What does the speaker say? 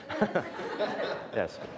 Yes